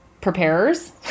preparers